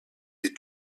des